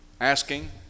asking